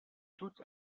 toute